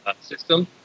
system